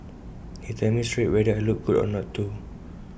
he tells me straight whether I look good or not too